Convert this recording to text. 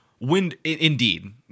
Indeed